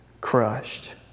crushed